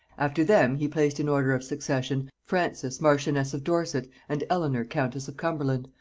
after them, he placed in order of succession frances marchioness of dorset, and eleanor countess of cumberland,